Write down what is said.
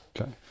okay